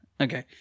Okay